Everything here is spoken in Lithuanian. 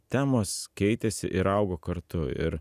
temos keitėsi ir augo kartu ir